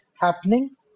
happening